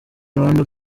rwandan